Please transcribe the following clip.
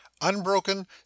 unbroken